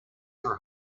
for